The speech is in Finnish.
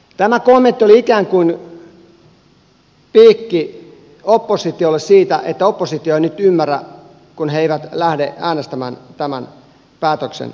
tämä kommentti oli ikään kuin piikki oppositiolle siitä että oppositio ei nyt ymmärrä kun se ei lähde äänestämään tämän päätöksen mukaisesti